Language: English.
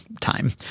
time